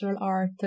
art